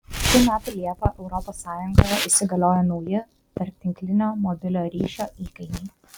šių metų liepą europos sąjungoje įsigaliojo nauji tarptinklinio mobiliojo ryšio įkainiai